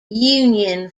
union